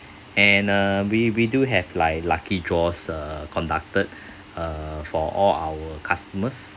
and uh we we do have like lucky draws uh conducted uh for all our customers